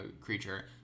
creature